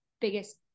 biggest